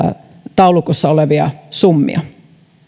taulukossa olevia summia